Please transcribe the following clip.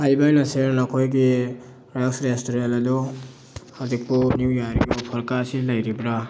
ꯍꯥꯏꯔꯤꯕ ꯔꯦꯁꯇꯨꯔꯦꯟ ꯅꯈꯣꯏꯒꯤ ꯔꯦꯁꯇꯨꯔꯦꯟ ꯑꯗꯨ ꯍꯧꯖꯤꯛꯄꯨ ꯅꯤꯌꯨ ꯏꯌꯥꯔꯒꯤ ꯑꯣꯐꯔꯀꯥꯁꯤ ꯂꯩꯔꯤꯕ꯭ꯔꯥ